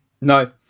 No